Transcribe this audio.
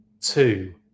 two